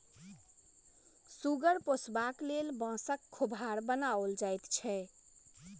सुगर पोसबाक लेल बाँसक खोभार बनाओल जाइत छै